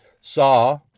saw